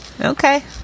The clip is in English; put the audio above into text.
Okay